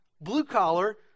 blue-collar